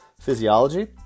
physiology